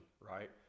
right